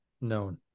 known